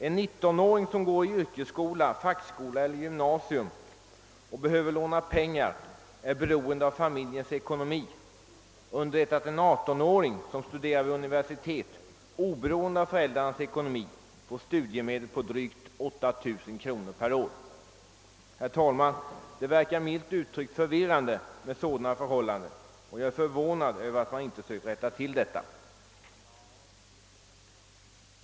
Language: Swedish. En 19-åring som går i yrkesskola, fackskola eller gymnasium och behöver låna pengar är alltså beroende av familjens ekonomi, under det att en 18-åring, som studerar vid universitet, oberoende av föräldrarnas ekonomi får studiemedel på drygt 8 000 kronor om året. Det verkar milt uttryckt förvirrande med sådana förhållanden, och jag är förvånad att man inte sökt rätta till detta.